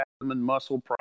muscle